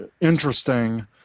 interesting